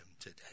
today